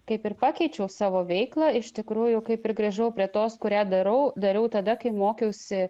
kaip ir pakeičiau savo veiklą iš tikrųjų kaip ir grįžau prie tos kurią darau dariau tada kai mokiausi